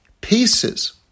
pieces—